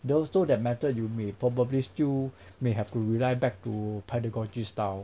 then also that method you may probably still may have to rely back to pedagogy style